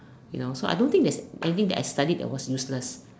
you know so I don't think there's anything that I studied that was useless